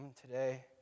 today